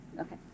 Okay